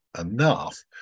enough